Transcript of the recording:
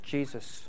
Jesus